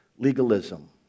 Legalism